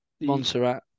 Montserrat